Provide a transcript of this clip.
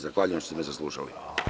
Zahvaljujem se što ste me saslušali.